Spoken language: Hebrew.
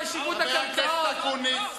חבר הכנסת אקוניס.